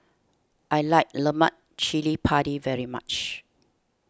I like Lemak Cili Padi very much